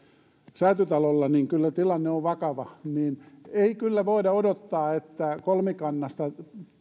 säätytalolla niin kyllä tilanne on vakava ei kyllä voida odottaa että kolmikannassa